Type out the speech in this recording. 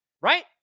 right